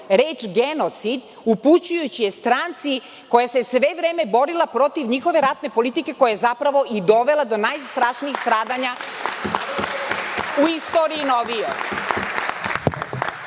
reč genocid upućujući je stranci koja se sve vreme borila protiv njihove ratne politike koja je i dovela do najstrašnijih stradanja u novijoj